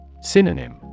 Synonym